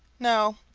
no,